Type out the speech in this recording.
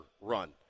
run